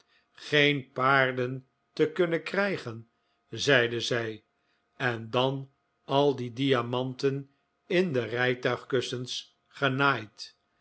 geen paarden te kunnen krijgen zeide zij en dan al die diamanten in de rijtuigkussens genaaid